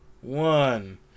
one